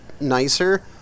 nicer